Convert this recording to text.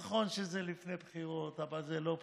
נכון שזה לפני בחירות, אבל זה לא בחירות,